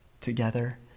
together